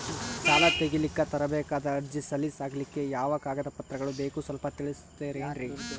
ಸಾಲ ತೆಗಿಲಿಕ್ಕ ತರಬೇಕಾದ ಅರ್ಜಿ ಸಲೀಸ್ ಆಗ್ಲಿಕ್ಕಿ ಯಾವ ಕಾಗದ ಪತ್ರಗಳು ಬೇಕು ಸ್ವಲ್ಪ ತಿಳಿಸತಿರೆನ್ರಿ?